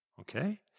okay